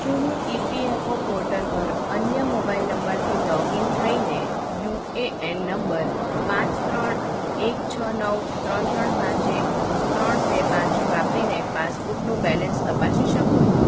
શું હું EPFO portal પર અન્ય મોબાઈલ નંબરથી લોગઇન થઈને યુએએન નંબર પાંચ ત્રણ એક છ નવ ત્રણ ત્રણ પાંચ એક ત્રણ બે પાંચ વાપરીને પાસબુકનું બેલેન્સ તપાસી શકું